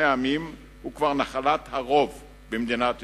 עמים הוא כבר נחלת הרוב במדינת ישראל.